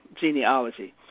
genealogy